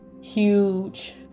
huge